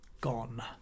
gone